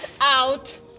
out